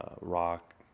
rock